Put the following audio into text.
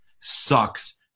sucks